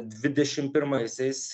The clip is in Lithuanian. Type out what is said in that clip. dvidešim pirmaisiais